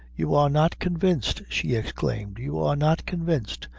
you are not convinced, she exclaimed you are not convinced!